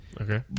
Okay